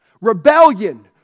Rebellion